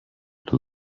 του